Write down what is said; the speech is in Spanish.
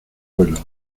vuelo